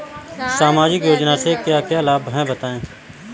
सामाजिक योजना से क्या क्या लाभ हैं बताएँ?